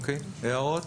הערות?